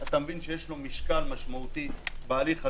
אתה מבין שיש לו משקל משמעותי בהליך עצמו,